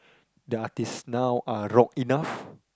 the artists now are rock enough